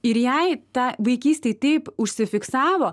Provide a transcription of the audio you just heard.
ir jei tą vaikystėj taip užsifiksavo